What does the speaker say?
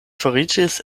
fariĝis